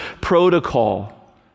protocol